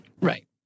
Right